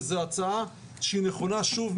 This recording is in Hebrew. וזו הצעה שנכונה שוב,